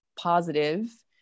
positive